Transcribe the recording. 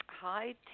Hi